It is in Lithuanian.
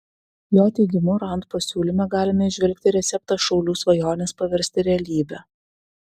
jo teigimu rand pasiūlyme galima įžvelgti receptą šaulių svajones paversti realybe